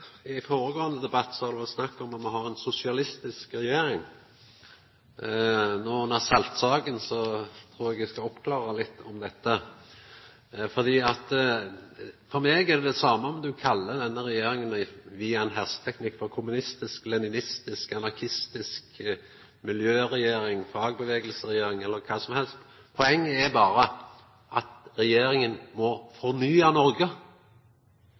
den føregåande debatten var det snakk om om me har ei sosialistisk regjering. No, under saltsaka, trur eg eg skal oppklara dette. For meg er det det same om du kallar denne regjeringa, via ein hersketeknikk, for kommunistisk, leninistisk, anarkistisk, miljøregjering, fagbevegelseregjering eller kva som helst – poenget er berre at regjeringa må fornya Noreg.